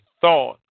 thought